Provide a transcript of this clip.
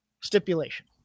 stipulation